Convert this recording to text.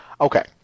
Okay